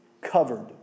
covered